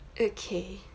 okay